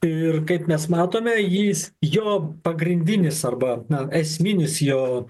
ir kaip mes matome jis jo pagrindinis arba esminis jo